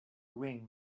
ring